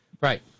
Right